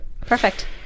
perfect